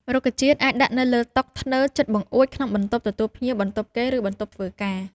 រុក្ខជាតិអាចដាក់នៅលើតុ ធ្នើរ ជិតបង្អួច ក្នុងបន្ទប់ទទួលភ្ញៀវ បន្ទប់គេង ឬបន្ទប់ធ្វើការ។